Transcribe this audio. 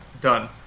done